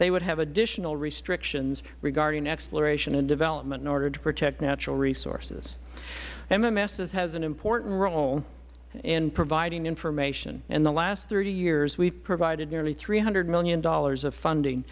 they would have additional restrictions regarding exploration and development in order to protect natural resources mms has an important role in providing information in the last thirty years we have provided nearly three hundred dollars million of funding